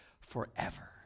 forever